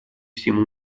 всему